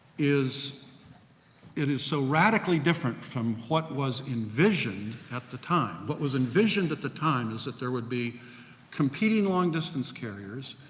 is it is so radically different from what was envisioned at the time. what but was envisioned at the time is that there would be competing long distance carriers,